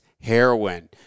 heroin